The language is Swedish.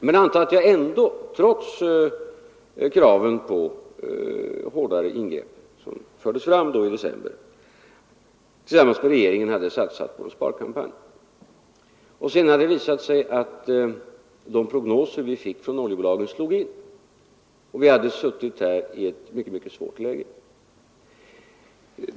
Men anta att jag ändå, trots de krav på hårdare ingrepp som fördes fram i december, tillsammans med regeringen hade satsat på en sparkampanj och det sedan hade visat sig att de prognoser vi fick från olejbolagen slog in och vi hade suttit där i ett mycket svårt läge.